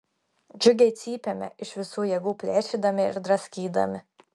džiugiai cypėme iš visų jėgų plėšydami ir draskydami